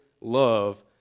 love